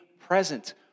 present